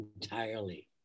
entirely